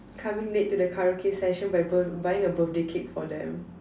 coming late to the karaoke session by b~ buying a birthday cake for them